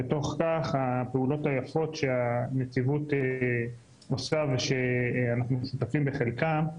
בתוך כך הפעולות היפות שהנציבות עושה ושאנחנו שותפים בחלקן,